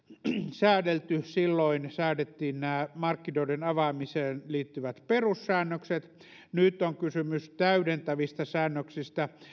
säädelty silloin säädettiin nämä markkinoiden avaamiseen liittyvät perussäännökset nyt on kysymys täydentävistä säännöksistä